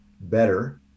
better